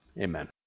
Amen